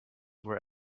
were